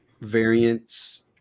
variants